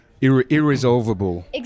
irresolvable